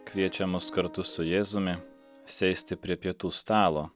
kviečia mus kartu su jėzumi sėsti prie pietų stalo